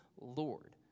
Lord